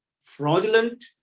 fraudulent